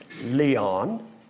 Leon